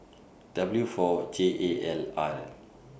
W four J A L R